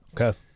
Okay